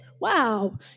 wow